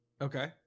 Okay